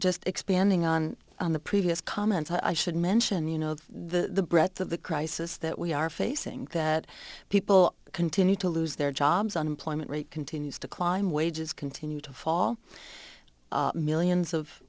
just expanding on the previous comments i should mention you know the breadth of the crisis that we are facing that people continue to lose their jobs unemployment rate continues to climb wages continue to fall millions of